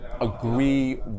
agree